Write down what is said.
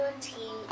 tea